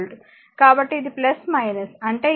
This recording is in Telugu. కాబట్టి ఇది అంటే ఇది